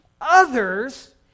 Others